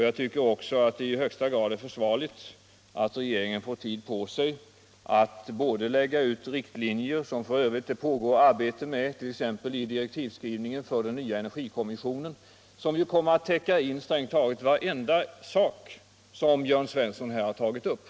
Jag tycker också att det är i högsta grad försvarligt att regeringen får tid på sig att fastställa riktlinjer. Det pågår f. ö. arbete med detta, t.ex. genom direktivskrivningen för den nya energikommissionen, som ju kommer att täcka in strängt taget varje sak som Jörn Svensson här har tagit upp.